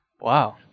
Wow